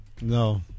No